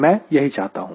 मैं यही चाहता हूं